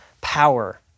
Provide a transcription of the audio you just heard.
power